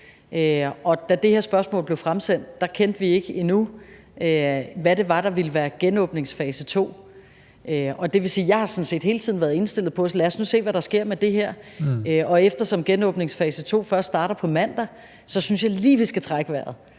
da det her spørgsmål blev fremsendt, kendte vi ikke endnu, hvad det var, der ville være genåbningsfase 2, og det vil sige, at jeg sådan set hele tiden har været indstillet på at se, hvad der nu sker med det her. Og eftersom genåbningsfase 2 først starter på mandag, synes jeg lige, vi skal trække vejret.